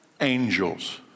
angels